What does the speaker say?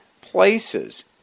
places